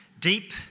deep